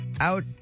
out